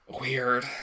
Weird